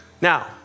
Now